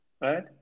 Right